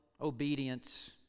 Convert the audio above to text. obedience